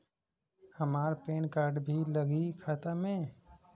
हमार PAN card भी लगी खाता में?